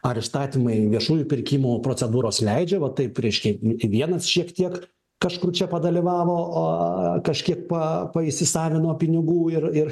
ar įstatymai viešųjų pirkimų procedūros leidžia va taip reiškia vienas šiek tiek kažkur čia padalyvavo kažkiek pa paįsisavino pinigų ir ir